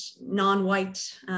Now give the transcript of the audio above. non-white